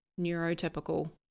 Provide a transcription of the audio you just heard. neurotypical